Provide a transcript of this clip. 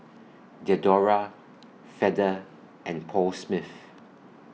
Diadora Feather and Paul Smith